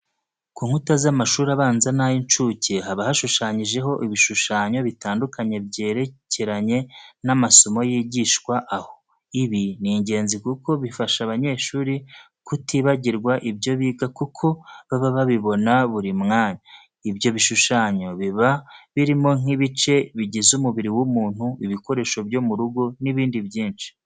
Ku nkuta z'amashuri abanza n'ay'incuke haba hashushanyijeho ibishushanyo bitandukanye byerekeranye n'amasomo yigishwa aho. Ibi ni ingenzi kuko bifasha abanyeshuri kutibagirwa ibyo biga kuko baba babibona buri mwanya. Ibyo bishushanyo biba birimo nk'ibice bigize umubiri w'umuntu, ibikoresho byo mu rugo n'ibindi byinshi.